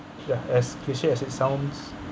ya as cliche as it sounds